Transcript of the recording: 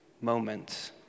moments